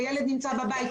הילד נמצא בבית,